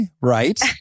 right